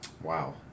Wow